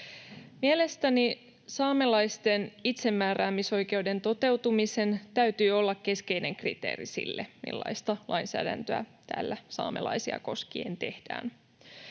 Mielestäni saamelaisten itsemääräämisoikeuden toteutumisen täytyy olla keskeinen kriteeri sille, millaista lainsäädäntöä täällä saamelaisia koskien tehdään.